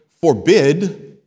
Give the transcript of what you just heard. forbid